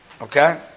okay